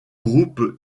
groupe